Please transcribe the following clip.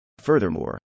Furthermore